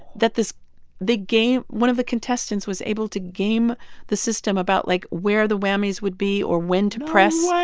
that this they game one of the contestants was able to game the system about, like, where the whammies would be or when to press